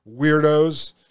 weirdos